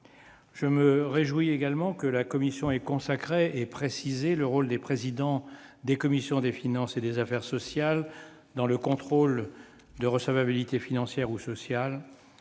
Je me réjouis également que la commission ait consacré et précisé le rôle des présidents des commissions des finances et des affaires sociales dans le contrôle de recevabilité financière ou sociale,